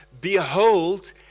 behold